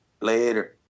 later